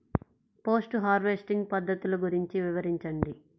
Post harvesting పద్ధతులు గురించి వివరించండి?